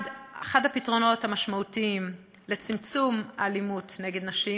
אחד הפתרונות המשמעותיים לצמצום האלימות נגד נשים,